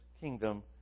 kingdom